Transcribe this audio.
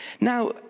now